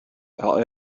are